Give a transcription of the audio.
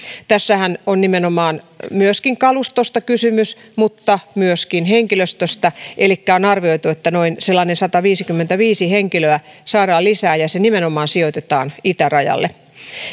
tässähän on nimenomaan kalustosta kysymys mutta myöskin henkilöstöstä elikkä on arvioitu että noin sataviisikymmentäviisi henkilöä saadaan lisää ja heidät nimenomaan sijoitetaan itärajalle